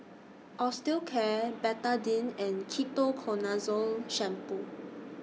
Osteocare Betadine and Ketoconazole Shampoo